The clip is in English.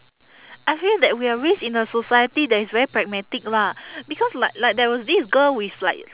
I feel that we are raised in a society that is very pragmatic lah because like like there was this girl with like